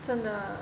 真的